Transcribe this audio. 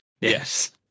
Yes